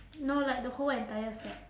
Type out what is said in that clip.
no like the whole entire set